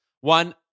one